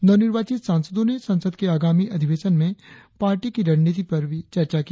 नवनिर्वाचित सांसदो ने संसद के आगामी अधिवेशन में पार्टी की रणनीति पर भी चर्चा की